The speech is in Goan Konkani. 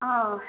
हा